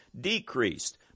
decreased